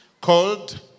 called